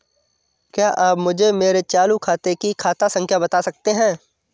क्या आप मुझे मेरे चालू खाते की खाता संख्या बता सकते हैं?